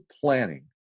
planning